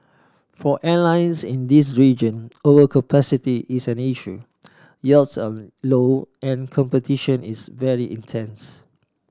for airlines in this region overcapacity is an issue yields are low and competition is very intense